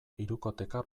hirukoteka